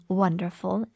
wonderful